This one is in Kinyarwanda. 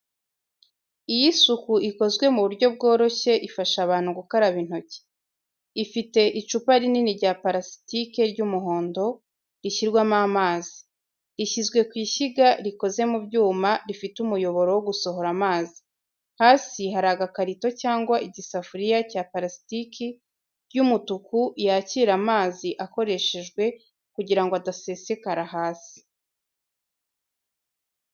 Iyo isuku ikozwe mu buryo bworoshye ifasha abantu gukaraba intoki. Ifite icupa rinini rya parasitike ry’umuhondo, rishyirwamo amazi. Rishyizwe ku ishyiga rikoze mu byuma rifite umuyoboro wo gusohora amazi. Hasi hari agakarito cyangwa igisafuriya cya parasitiki y’umutuku yakira amazi akoreshejwe kugira ngo adasesekara hasi.